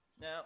Now